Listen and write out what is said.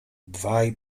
dwaj